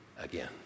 again